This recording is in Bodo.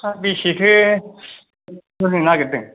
बेसेथो होनो नागिरदों